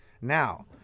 Now